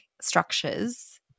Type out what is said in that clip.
structures